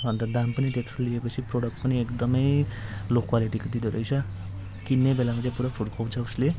अन्त दाम पनि त्यत्रो लिएपछि प्रडक्ट पनि एकदमै लो क्वालिटीको दिँदोरहेछ किन्ने बेलामा चाहिँ पुरा फुर्काउँछ उसले